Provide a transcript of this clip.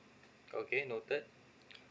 okay noted